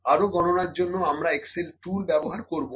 আরো গণনার জন্য আমরা এক্সেল টুল ব্যবহার করবো